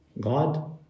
God